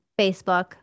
Facebook